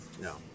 No